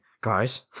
guys